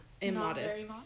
immodest